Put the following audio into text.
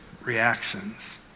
reactions